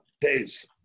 days